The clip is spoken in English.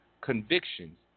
convictions